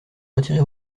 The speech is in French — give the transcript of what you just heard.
retirez